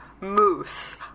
Moose